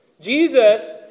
Jesus